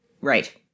Right